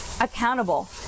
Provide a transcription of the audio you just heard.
accountable